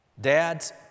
dads